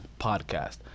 Podcast